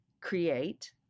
create